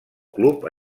club